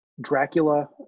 Dracula